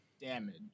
damage